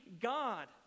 God